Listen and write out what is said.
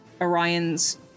Orion's